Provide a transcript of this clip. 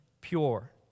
pure